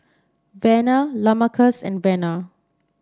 Vena Lamarcus and Vena